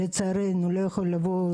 לצערנו הוא לא יכול לבוא.